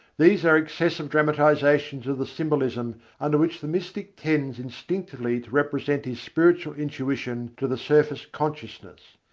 these are excessive dramatizations of the symbolism under which the mystic tends instinctively to represent his spiritual intuition to the surface consciousness.